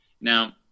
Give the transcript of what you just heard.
Now